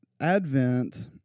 Advent